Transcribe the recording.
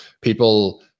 people